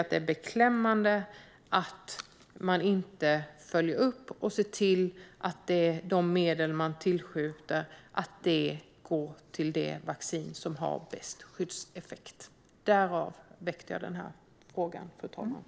Men det är beklämmande att regeringen inte följer upp och ser till att de medel som man tillskjuter går till inköp av det vaccin som har bäst skyddseffekt. Det var därför jag väckte den här interpellationen, fru talman.